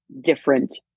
different